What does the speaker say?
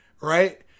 right